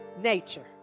nature